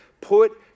Put